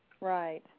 Right